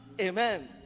Amen